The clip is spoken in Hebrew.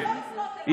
משהו סתם,